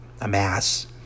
amass